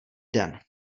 den